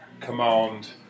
command